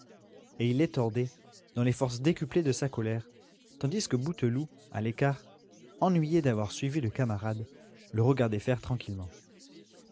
et il les tordait dans les forces décuplées de sa colère tandis que bouteloup à l'écart ennuyé d'avoir suivi le camarade le regardait faire tranquillement